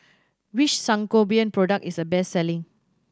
which Sangobion product is the best selling